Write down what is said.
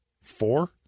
Four